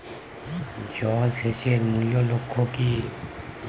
জল সেচের মূল লক্ষ্য কী?